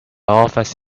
office